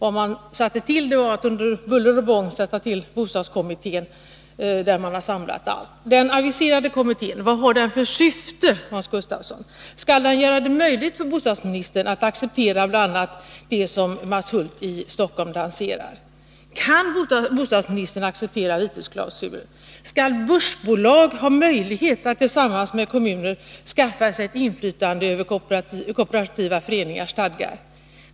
I stället tillsatte man under buller och bång bostadskommittén, där man samlade allt. Vad har den aviserade kommittén för syfte, Hans Gustafsson? Skall den göra det möjligt för bostadsministern att acceptera bl.a. det som Mats Hulth i Stockholm lanserar? Kan bostadsministern acceptera vitesklausuler? Skall börsbolag ha möjlighet att tillsammans med kommuner skaffa sig ett inflytande över kooperativa föreningars stadgar?